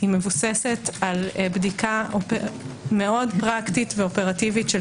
היא מבוססת על בדיקה מאוד פרקטית ואופרטיבית של